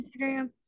Instagram